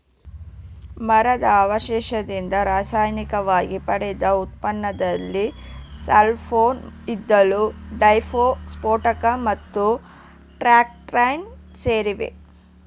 ಮರದ ಅವಶೇಷದಿಂದ ರಾಸಾಯನಿಕವಾಗಿ ಪಡೆದ ಉತ್ಪನ್ನದಲ್ಲಿ ಸೆಲ್ಲೋಫೇನ್ ಇದ್ದಿಲು ಡೈಸ್ಟಫ್ ಸ್ಫೋಟಕ ಮತ್ತು ಟರ್ಪಂಟೈನ್ ಸೇರಿವೆ